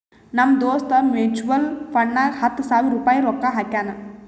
ನಮ್ ದೋಸ್ತ್ ಮ್ಯುಚುವಲ್ ಫಂಡ್ನಾಗ್ ಹತ್ತ ಸಾವಿರ ರುಪಾಯಿ ರೊಕ್ಕಾ ಹಾಕ್ಯಾನ್